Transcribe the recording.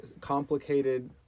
complicated